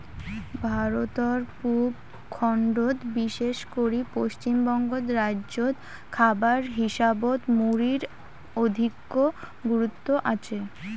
ভারতর পুব খণ্ডত বিশেষ করি পশ্চিমবঙ্গ রাইজ্যত খাবার হিসাবত মুড়ির অধিকো গুরুত্ব আচে